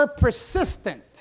persistent